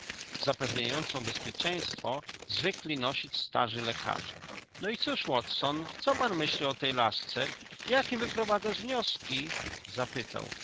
zapewniającą bezpieczeństwo zwykli nosić starzy lekarze no i cóż watson co pan myślisz o tej lasce jakie wyprowadzasz wnioski zapytał